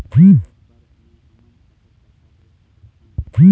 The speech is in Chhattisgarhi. एक बर मे हमन कतका पैसा भेज सकत हन?